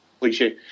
Cliche